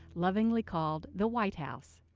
lovingly called the white house.